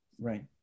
Right